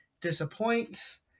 disappoints